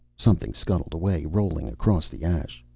something scuttled away, rolling across the ash.